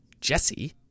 Jesse